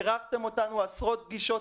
אירחתם אותנו עשרות פגישות,